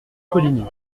coligny